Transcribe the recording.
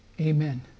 Amen